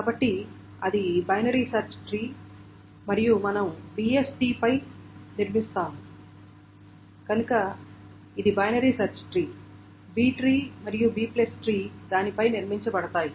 కాబట్టి అది binary search tree మరియు మనం BST పై నిర్మిస్తాము కనుక ఇది binary search tree B tree మరియు Bట్రీ దానిపై నిర్మించబడతాయి